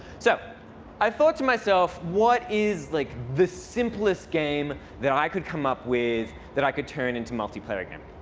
so i thought to myself, what is like the simplest game that i could come up with that i could turn into multiplayer game?